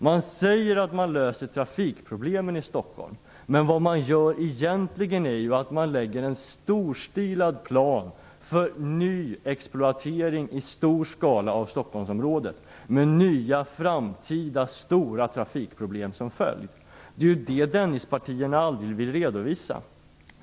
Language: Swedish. Man säger att man löser trafikproblemen i Stockholm, men egentligen lägger man fram en storstilad plan för nyexploatering i stor skala av Stockholmsområdet, med nya, framtida stora trafikproblem som följd. Det är ju det Dennispartierna aldrig vill redovisa.